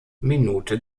minute